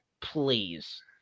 Please